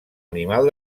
animal